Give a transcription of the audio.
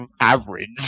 average